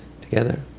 together